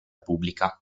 pubblica